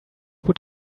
would